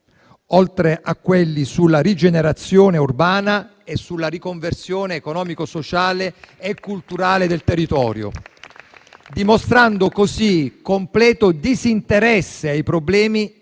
oltre a quelli sulla rigenerazione urbana e sulla riconversione economica, sociale e culturale del territorio, dimostrando così completo disinteresse ai problemi